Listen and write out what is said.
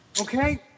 Okay